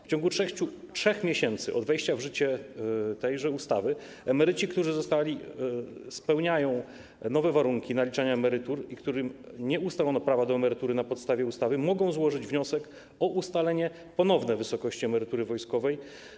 W ciągu 3 miesięcy od wejścia w życie tejże ustawy emeryci, którzy spełniają nowe warunki naliczania emerytur i którym nie ustalono prawa do emerytury na podstawie ustawy, mogą złożyć wniosek o ponowne ustalenie wysokości emerytury wojskowej.